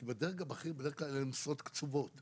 כי בדרג הבכיר בדרך כלל אלה משרות קצובות.